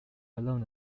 along